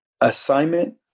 assignment